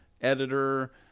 editor